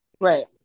right